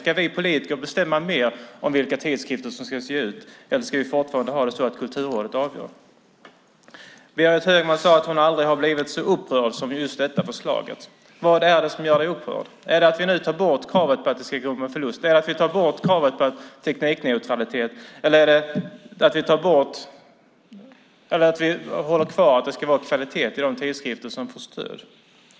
Ska vi politiker bestämma mer om vilka tidskrifter som ska ges ut eller ska vi fortfarande ha det så att Kulturrådet avgör? Berit Högman sade att hon aldrig har blivit så upprörd som över det här förslaget. Vad är det som gör dig upprörd? Är det att vi tar bort kravet på att de ska gå med förlust? Är det att vi tar bort kravet på teknikneutralitet? Är det att vi håller fast vid att det ska vara kvalitet på de tidskrifter som får stöd?